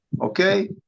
Okay